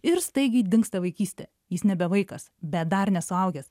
ir staigiai dingsta vaikystė jis nebe vaikas bet dar ne suaugęs